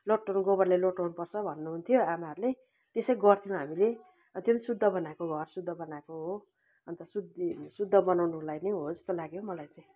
लोटाउनु गोबरले लोटाउनुपर्छ भन्नुहुन्थ्यो आमाहरूले त्यसै गर्थ्यौँ हामीले त्यो चाहिँ शुद्ध बनाएको घर शुद्ध बनाएको हो अन्त शुद्ध बनाउनु लागि नै हो जस्तो लाग्यो मलाई चाहिँ